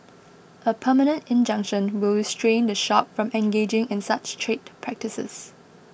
a permanent injunction will restrain the shop from engaging in such trade practices